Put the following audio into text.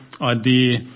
idea